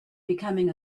becoming